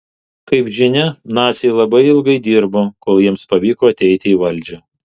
kaip žinia naciai labai ilgai dirbo kol jiems pavyko ateiti į valdžią